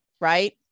Right